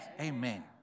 Amen